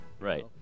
Right